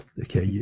okay